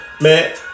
Man